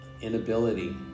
inability